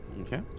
Okay